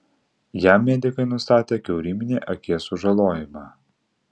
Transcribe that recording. jam medikai nustatė kiauryminį akies sužalojimą